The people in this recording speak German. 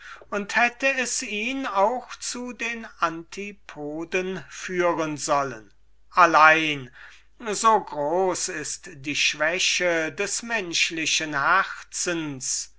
und hätte es ihn auch zu den antipoden führen sollen allein so groß ist die schwäche des menschlichen herzens